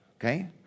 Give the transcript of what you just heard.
Okay